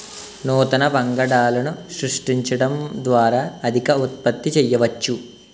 నూతన వంగడాలను సృష్టించడం ద్వారా అధిక ఉత్పత్తి చేయవచ్చు